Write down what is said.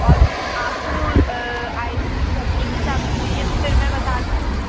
और मैम आपको ice cream रखने के हिसाब से चाहिए तो फिर मैं बताती हूँ